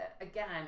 Again